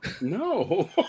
No